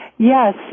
Yes